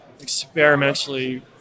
experimentally